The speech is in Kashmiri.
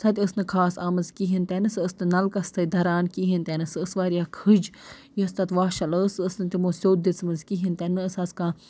سۄ تہِ ٲس نہٕ خاص آمٕژ کِہیٖنۍ تہِ نہٕ سۄ ٲس نہٕ نَلکَس سۭتۍ دَران کِہیٖنۍ تہِ نہٕ سۄ ٲس واریاہ کھٔج یۄس تَتھ واشَل ٲس سۄ ٲس نہٕ تِمو سیٚود دِژمٕژ کِہیٖنۍ تہِ نہٕ نہ ٲس حظ کانہہ